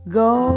go